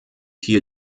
hier